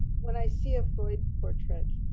when i see a freud portrait,